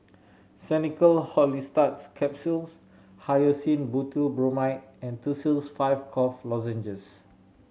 Xenical Orlistat Capsules Hyoscine Butylbromide and Tussils Five Cough Lozenges